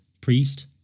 priest